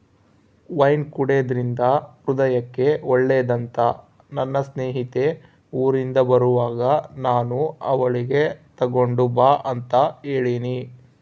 wine ಕುಡೆದ್ರಿಂದ ಹೃದಯಕ್ಕೆ ಒಳ್ಳೆದಂತ ನನ್ನ ಸ್ನೇಹಿತೆ ಊರಿಂದ ಬರುವಾಗ ನಾನು ಅವಳಿಗೆ ತಗೊಂಡು ಬಾ ಅಂತ ಹೇಳಿನಿ